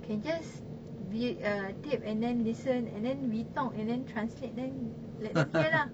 can just v~ uh tape and then listen and then we talk and then translate then let them hear lah